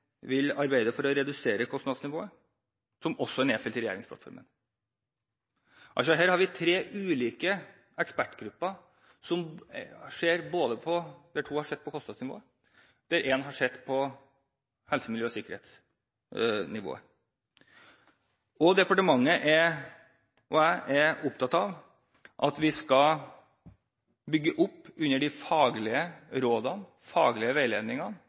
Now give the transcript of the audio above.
vil arbeide for å redusere kostnadsnivået, noe som også er nedfelt i regjeringsplattformen. Her har vi altså tre ulike ekspertgrupper, der to har sett på kostnadsnivået og én har sett på nivået innenfor helse, miljø og sikkerhet, og jeg er opptatt av at vi skal bygge opp under de faglige rådene, de faglige veiledningene,